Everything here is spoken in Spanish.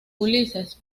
ulises